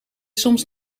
soms